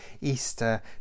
Easter